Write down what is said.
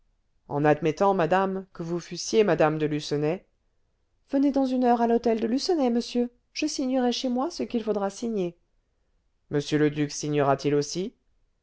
en admettant madame que vous fussiez mme de lucenay venez dans une heure à l'hôtel de lucenay monsieur je signerai chez moi ce qu'il faudra signer m le duc signera t il aussi